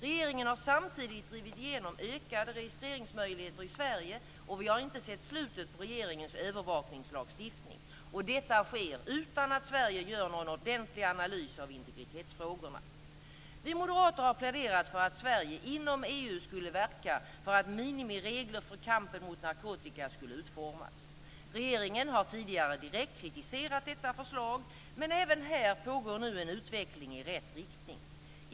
Regeringen har samtidigt drivit igenom ökade registreringsmöjligheter i Sverige och vi har inte sett slutet på regeringens övervakningslagstiftning. Och detta sker utan att Sverige gör någon ordentlig analys av integritetsfrågorna. Vi moderater har pläderat för att Sverige inom EU skulle verka för att minimiregler för kampen mot narkotika skulle utformas. Regeringen har tidigare direkt kritiserat detta förslag, men även här pågår nu en utveckling i rätt riktning.